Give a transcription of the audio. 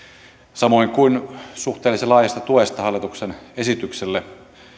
samoin kuin suhteellisen laajasta tuesta hallituksen esitykselle